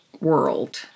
world